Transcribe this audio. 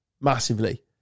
massively